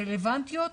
הרלבנטיות,